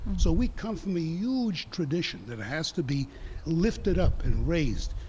so we come from the huge tradition that it has to be lifted up and raised.